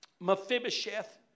Mephibosheth